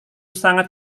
sangat